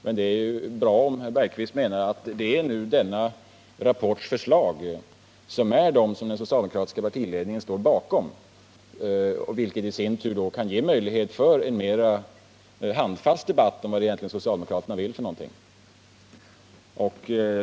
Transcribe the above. Men det är bra om herr Bergqvist menar att det nu är förslagen i denna rapport som den socialdemokratiska partiledningen står bakom, vilket i sin tur kan ge möjlighet till en mera handfast debatt om vad socialdemokraterna vill.